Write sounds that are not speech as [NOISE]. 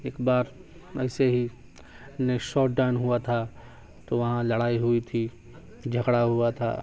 ایک بار ایسے ہی [UNINTELLIGIBLE] شاٹ ڈاؤن ہوا تھا تو وہاں لڑائی ہوئی تھی جھگڑا ہوا تھا